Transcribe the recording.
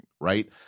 right